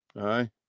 Aye